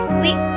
Sweet